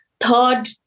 Third